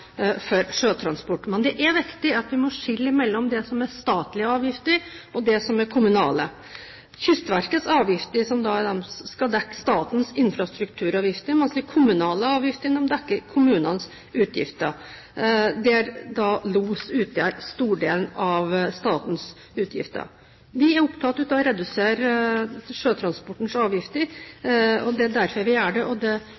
for sjøtransport. Men det er viktig å skille mellom det som er statlige avgifter, og det som er kommunale. Kystverkets avgifter skal dekke statens infrastrukturavgifter, mens de kommunale avgiftene dekker kommunenes utgifter. Los utgjør stordelen av statens utgifter. Vi er opptatt av å redusere sjøtransportens avgifter. Det er derfor vi gjør det, og det